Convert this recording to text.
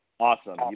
Awesome